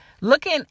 looking